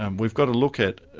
um we've got to look at,